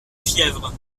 fièvre